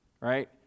right